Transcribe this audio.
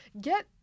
get